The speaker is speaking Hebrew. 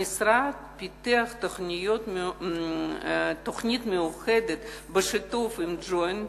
המשרד פיתח תוכנית מיוחדת בשיתוף עם ה"ג'וינט",